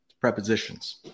prepositions